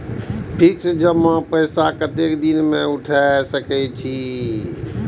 Fix जमा पैसा कतेक दिन में उठाई सके छी?